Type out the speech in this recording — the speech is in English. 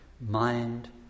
mind